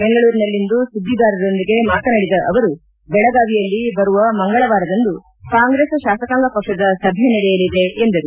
ಬೆಂಗಳೂರಿನಲ್ಲಿಂದು ಸುದ್ದಿಗಾರರೊಂದಿಗೆ ಮಾತನಾಡಿದ ಅವರು ಬೆಳಗಾವಿಯಲ್ಲಿ ಬರುವ ಮಂಗಳವಾರದಂದು ಕಾಂಗ್ರೆಸ್ ಶಾಸಕಾಂಗ ಪಕ್ಷದ ಸಭೆ ನಡೆಯಲಿದೆ ಎಂದರು